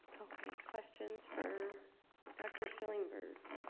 okay questions for dr. shillingburg